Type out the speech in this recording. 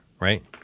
right